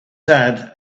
sad